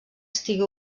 estigui